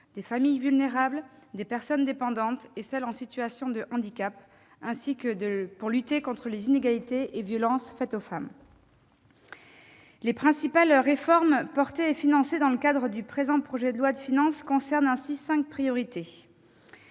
des familles vulnérables, des personnes dépendantes et de celles en situation de handicap, ainsi que pour lutter contre les inégalités et violences faites aux femmes. Les principales réformes portées et financées dans le cadre du présent projet de loi de finances concernent cinq priorités.